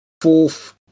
fourth